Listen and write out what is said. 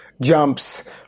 jumps